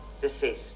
deceased